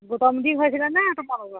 গোটম দি হৈছিলেনে তোমালোকৰ